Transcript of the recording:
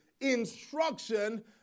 instruction